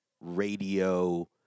radio